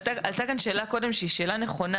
עלתה כאן שאלה קודם שהיא שאלה נכונה,